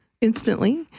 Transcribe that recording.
instantly